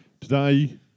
Today